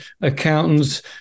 accountants